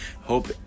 hope